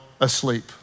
asleep